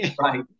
Right